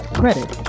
credit